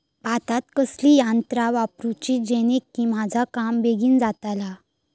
भातात कसली यांत्रा वापरुची जेनेकी माझा काम बेगीन जातला?